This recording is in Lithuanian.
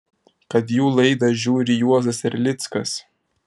kad jų laidą žiūri juozas erlickas